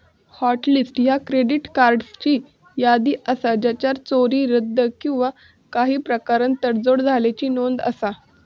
hot list ह्या credit कार्ड्सची यादी असा ज्याचा चोरी, रद्द किंवा काही प्रकारान तडजोड झाल्याची नोंद असा